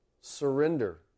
Surrender